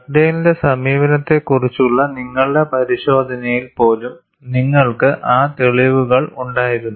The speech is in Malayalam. ഡഗ്ഡെയ്ലിന്റെ സമീപനത്തെക്കുറിച്ചുള്ള നിങ്ങളുടെ പരിശോധനയിൽ പോലും നിങ്ങൾക്ക് ആ തെളിവുകൾ ഉണ്ടായിരുന്നു